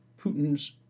Putin's